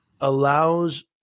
allows